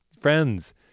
friends